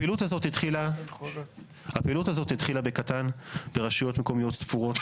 הפעילות הזאת התחילה בקטן ברשויות מקומיות ספורות.